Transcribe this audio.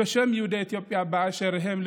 בשם יהודי אתיופיה באשר הם,